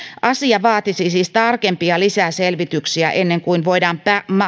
asia vaatisi siis tarkempia lisäselvityksiä ennen kuin voidaan